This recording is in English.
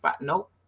nope